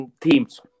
teams